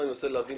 ידיים